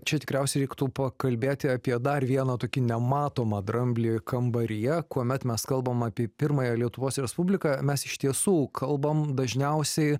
čia tikriausiai reiktų pakalbėti apie dar vieną tokį nematomą dramblį kambaryje kuomet mes kalbam apie pirmąją lietuvos respubliką mes iš tiesų kalbam dažniausiai